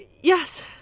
Yes